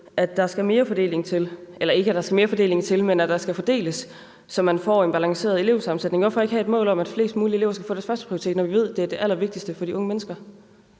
at de i stedet for skriver i regeringsgrundlaget og i gymnasieudspillet, at der skal fordeles, så man får en balanceret elevsammensætning. Hvorfor ikke have et mål om, at flest mulige elever skal få deres førsteprioritet, når vi ved, at det er det allervigtigste for de unge mennesker?